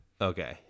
Okay